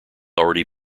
already